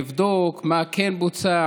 לבדוק מה כן בוצע,